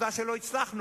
עובדה שלא הצלחנו,